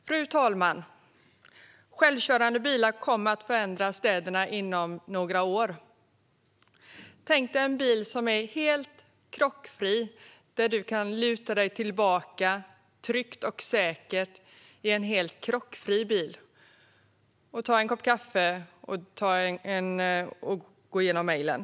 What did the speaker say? Fru talman! Självkörande bilar kommer att förändra städerna inom några år. Tänk dig en helt krockfri bil där du kan luta dig tillbaka, trygg och säker, ta en kopp kaffe och gå igenom mejlen!